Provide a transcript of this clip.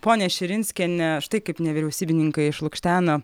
ponia širinskiene štai kaip nevyriausybininkai išlukštena